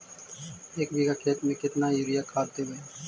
एक बिघा खेत में केतना युरिया खाद देवै?